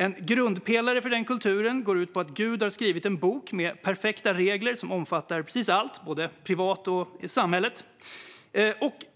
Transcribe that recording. En grundpelare för denna kultur går ut på att Gud har skrivit en bok med perfekta regler som omfattar precis allt, både privat och i samhället.